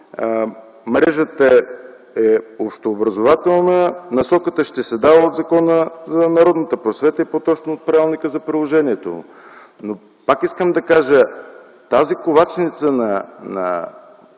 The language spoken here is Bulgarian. мрежата е общообразователна, насоката ще се дава от Закона за народната просвета и по-точно от правилника за приложението му. Но пак искам да кажа, тази ковачница на